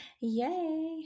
yay